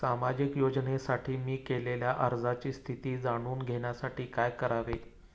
सामाजिक योजनेसाठी मी केलेल्या अर्जाची स्थिती जाणून घेण्यासाठी काय करावे?